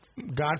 God